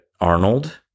Arnold